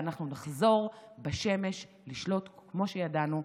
ואנחנו נחזור בשמש לשלוט כמו שידענו,